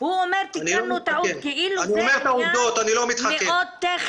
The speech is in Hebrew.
הוא אומר, תיקנו טעות, כאילו זה עניין מאוד טכני.